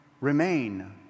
remain